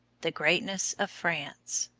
the greatness of france